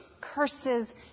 Curses